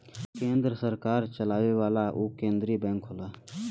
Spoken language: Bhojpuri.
केन्द्र सरकार चलावेला उ केन्द्रिय बैंक होला